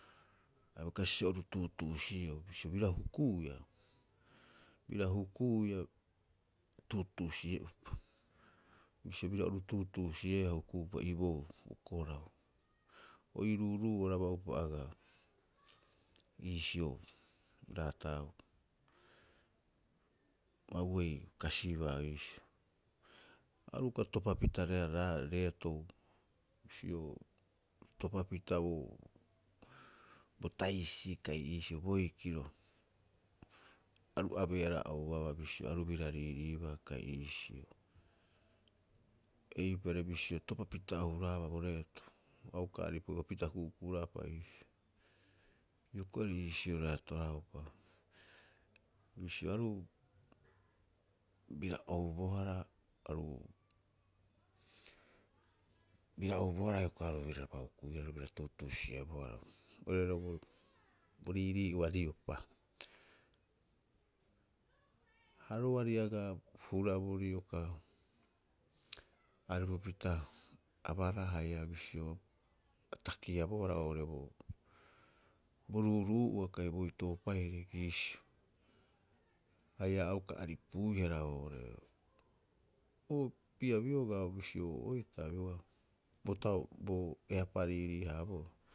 Abai kasibaa sa oru tuutuusi'eu. Bisio bira hukuiia bira hukuiia tuutuusi'e'upa, bisio bira oru tuutuusi'eea huku'upa iboou bo korau. O ii ru'uru'uo araba'upa agaa, iisio raataupa, o a huei kasibaa iisio. Aru uka topapita reetou, bisio topapita boo o bota'isi kai iisio boikiro. Aru abeea roga'a a ouaba bisio, aru bira riiriiibaa kai iisio. Eipare bisio topa pita o huraaba bo reeto a uka aripuia, pita ku'uku'uraapa iisio. Hioko'i ori iisio raataaupa bisio, aru bira oubohara, aru bira oubohara hioko'i aru biraraba hukuihara bira tuutuusi'ebohara, oirare bo riirii'ua riopa. Ha roari agaa, bo hurabuuri iokaa aripupita abaraa haia bisio, a takiabohara oo'ore bo ruuruu'ua kai bo toopaire iisio. Haia a uka aripuihara oo'ore, o opii'a biogaa bisio o heeta bioga bo tau bo eapa riiriihaaboroo.